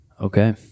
Okay